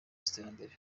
z’iterambere